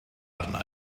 arna